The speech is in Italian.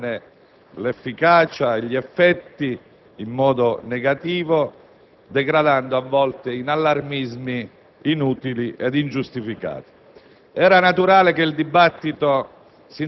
le misure proposte e ad enfatizzarne l'efficacia e gli effetti in modo negativo, degradando, in alcuni casi, in allarmismi inutili ed ingiustificati.